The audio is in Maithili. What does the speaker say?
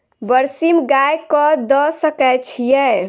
बरसीम गाय कऽ दऽ सकय छीयै?